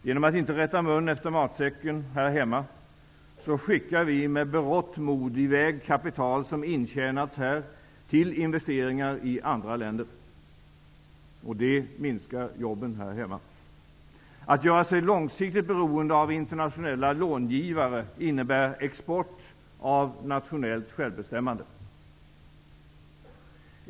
Genom att inte rätta mun efter matsäcken här hemma skickar vi med berått mod i väg kapital som intjänats här till investeringar i andra länder. Det minskar jobben här hemma. Att göra sig långsiktigt beroende av internationella långivare innebär export av nationellt självbestämmande.